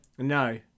No